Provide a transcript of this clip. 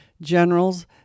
generals